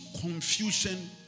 confusion